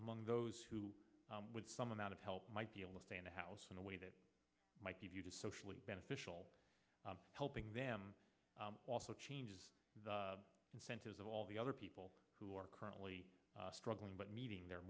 among those who with some amount of help might be able to stay in the house in a way that might be viewed as socially beneficial helping them also changes the incentives of all the other people who are currently struggling but meeting their